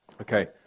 Okay